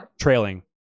trailing